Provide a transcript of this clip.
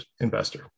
investor